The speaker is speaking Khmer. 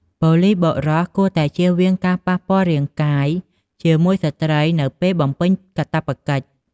ប៉ូលិសបុរសគួរតែជៀសវាងការប៉ះពាល់រាងកាយជាមួយស្ត្រីនៅពេលបំពេញកាតព្វកិច្ច។